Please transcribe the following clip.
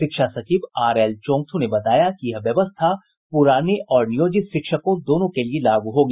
शिक्षा सचिव आरएल चौंग्थू ने बताया कि यह व्यवस्था पुराने और नियोजित शिक्षकों दोनों के लिए लागू होगी